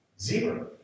Zero